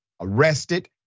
arrested